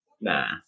Nah